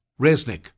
Resnick